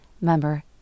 member